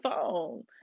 phone